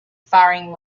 firing